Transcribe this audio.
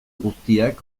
guztiak